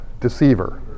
deceiver